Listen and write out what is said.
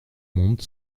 monde